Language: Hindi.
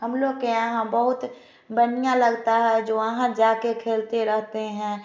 हम लोग के यहाँ बहुत बढ़ियाँ लगता है जो वहाँ जा के खेलते रहते है